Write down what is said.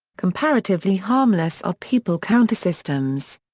comparatively harmless are people counter systems.